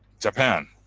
japan